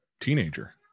teenager